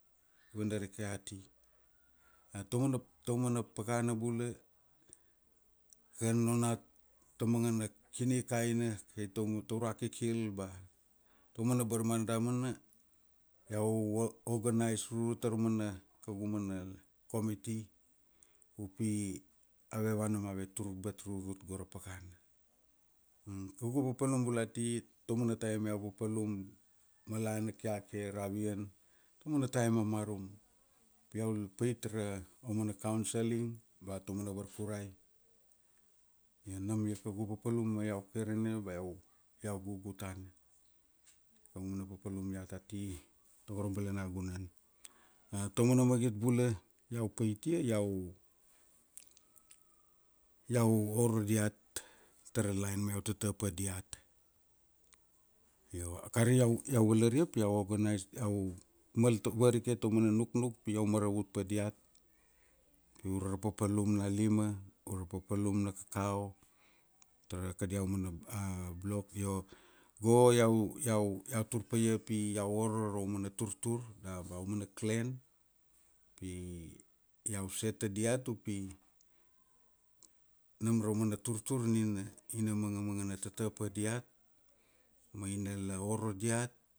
Vanarike ati. Taumana, taumana pakana bula, kan ona tamangana kini kaina kai taurua ba taumana barmana damana, iau oga, oganais rurut taraumana kaugu mana komiti, upi ave vana ma ave tur bat rurut go ra pakana. Kaugu papalum bula ati taumana taim iau papalum malana, kiake ravian, taumana taim a marum. Pi iau la pait ra, aumana kausaling ba taumana varkurai, io nam ia kaugu papalum ma iau kairane ba iau, iau gugu tana. Kaugu mana papalum iat ati tago ra balanagunan. A taumana magit bula iau paitia iau, iau oro diat tara lain ma iau tata pa diat.Io akari iau, iau valaria pi iau oganais, iau mal tak varike taumana nuknuk pi iau maravut pa diat pi ure ra papalum na lima, ure ra papalum na kakau tara kadia umana a blok io go iau, iau, turpaia pi iau oro raumana turtur da ba aumana klen pin pi iau set ta diat upi raumana turtur nina ina mangamangana tata pa diat ma ina la oro diat,